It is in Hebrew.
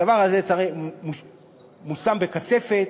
הדבר הזה מושם בכספת,